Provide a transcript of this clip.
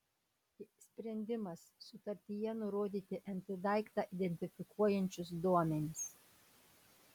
sprendimas sutartyje nurodyti nt daiktą identifikuojančius duomenis